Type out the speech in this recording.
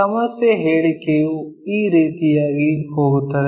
ಸಮಸ್ಯೆ ಹೇಳಿಕೆಯು ಈ ರೀತಿಯಾಗಿ ಹೋಗುತ್ತದೆ